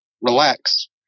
relax